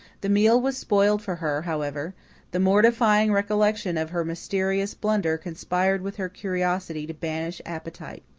the meal was spoiled for her, however the mortifying recollection of her mysterious blunder conspired with her curiosity to banish appetite.